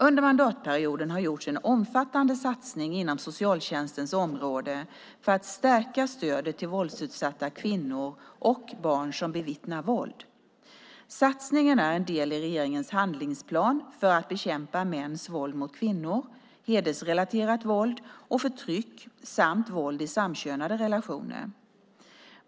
Under mandatperioden har det gjorts en omfattande satsning inom socialtjänstens område för att stärka stödet till våldsutsatta kvinnor och barn som bevittnar våld. Satsningen är en del i regeringens handlingsplan för att bekämpa mäns våld mot kvinnor, hedersrelaterat våld och förtryck samt våld i samkönade relationer.